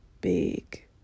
big